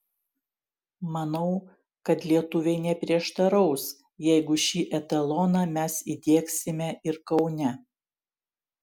manau kad lietuviai neprieštaraus jeigu šį etaloną mes įdiegsime ir kaune